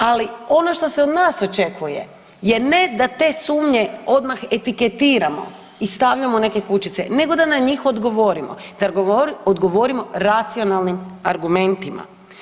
Ali ono što se od nas očekuje je ne da te sumnje odmah etiketiramo i stavljamo neke kućice nego da na njih odgovorimo, da odgovorimo racionalnim argumentima.